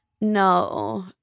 no